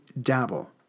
dabble